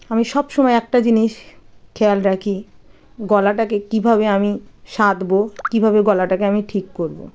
আমি সব সময় একটা জিনিস খেয়াল রাখি গলাটাকে কীভাবে আমি সাধবো কীভাবে গলাটাকে আমি ঠিক করবো